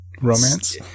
Romance